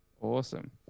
Awesome